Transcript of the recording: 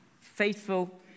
faithful